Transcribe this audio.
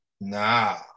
Nah